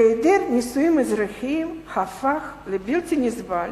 היעדר נישואים אזרחיים הפך לבלתי נסבל